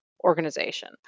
organization